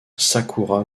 sakura